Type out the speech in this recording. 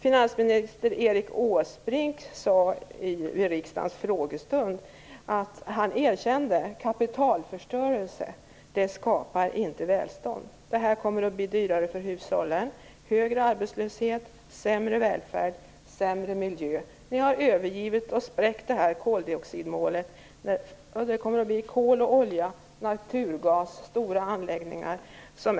Finansminister Erik Åsbrink erkände i riksdagens frågestund att kapitalförstörelse inte skapar välstånd. Detta kommer att bli dyrare för hushållen. Det kommer att leda till högre arbetslöshet, sämre välfärd och sämre miljö. Ni har övergivit och spräckt koldioxidmålet. Ersättningen kommer att bli stora anläggningar med kol, olja och naturgas.